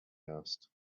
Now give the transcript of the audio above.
asked